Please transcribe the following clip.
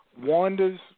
Wanda's